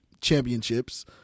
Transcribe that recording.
championships